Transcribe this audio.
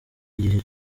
igihe